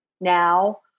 now